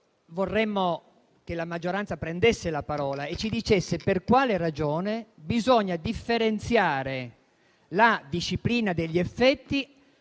Vorremmo che la maggioranza prendesse la parola e ci dicesse per quale ragione bisogna differenziare la disciplina degli effetti